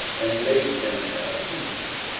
and laid them by heaps.